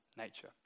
nature